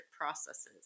processes